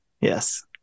Yes